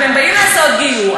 והם באים לעשות גיור,